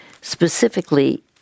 specifically